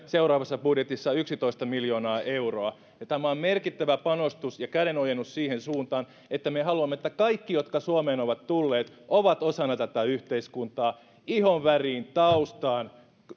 seuraavassa budjetissa yksitoista miljoonaa euroa tämä on merkittävä panostus ja kädenojennus siihen suuntaan että me haluamme että kaikki jotka suomeen ovat tulleet ovat osana tätä yhteiskuntaa ihonväriin taustaan